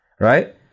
Right